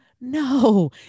No